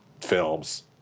films